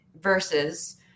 versus